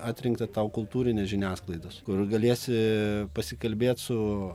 atrinkta tau kultūrinės žiniasklaidos kur galėsi pasikalbėt su